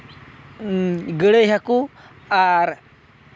ᱜᱟᱺᱬᱟᱺᱭ ᱦᱟᱹᱠᱩ ᱟᱨ